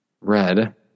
Red